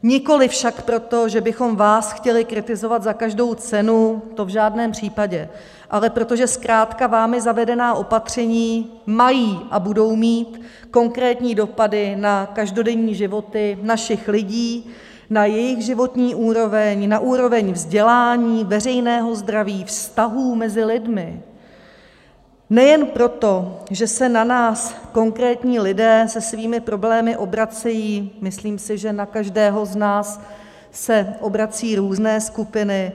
Nikoli však proto, že bychom vás chtěli kritizovat za každou cenu, to v žádném případě, ale proto, že zkrátka vámi zavedená opatření mají a budou mít konkrétní dopady na každodenní životy našich lidí, na jejich životní úroveň, na úroveň vzdělání, veřejného zdraví, vztahů mezi lidmi, nejen proto, že se na nás lidé se svými problémy obracejí, myslím si, že na každého z nás se obracejí různé skupiny.